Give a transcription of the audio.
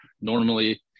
Normally